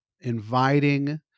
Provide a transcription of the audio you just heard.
inviting